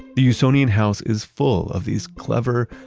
the usonian house is full of these clever,